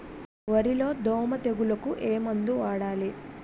వరిలో దోమ తెగులుకు ఏమందు వాడాలి?